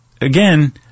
again